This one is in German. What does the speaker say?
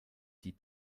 die